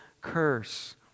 curse